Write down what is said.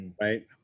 right